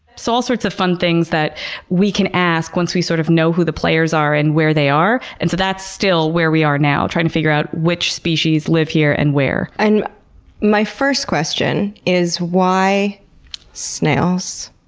so all sorts of fun things that we can ask once we sort of know who the players are and where they are. and that's still where we are now, trying to figure out which species live here and where. and my first question is why snails?